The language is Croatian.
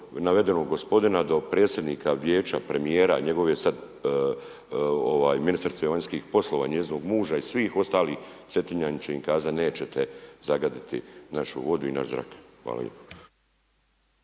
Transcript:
navedenog gospodina do predsjednika vijeća, premijera, njegove sada ministrice vanjskih poslova i njezinog muža i svih ostalih Cetinjani će im kazati nećete zagaditi našu vodu i naš zrak. Hvala lijepa.